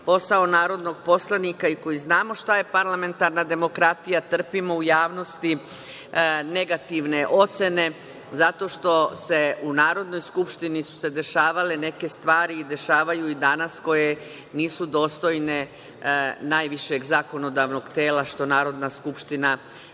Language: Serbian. posao narodnog poslanika i koji znamo šta je parlamentarna demokratija trpimo u javnosti negativne ocene zato što su se u Narodnoj skupštini dešavale neke stvari i dešavaju i danas koje nisu dostojne najvišeg zakonodavnog tela, što Narodna skupština